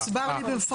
זה הוסבר לי במפורש.